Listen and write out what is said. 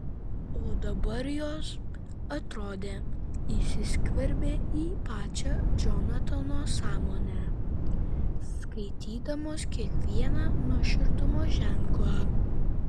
o dabar jos atrodė įsiskverbė į pačią džonatano sąmonę skaitydamos kiekvieną nuoširdumo ženklą